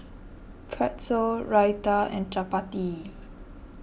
Pretzel Raita and Chapati